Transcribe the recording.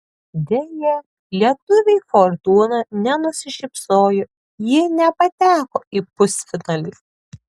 deja lietuvei fortūna nenusišypsojo ji nepateko į pusfinalį